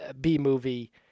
B-movie